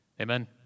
Amen